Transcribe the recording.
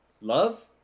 Love